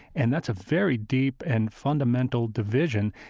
and that's a very deep and fundamental division,